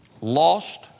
lost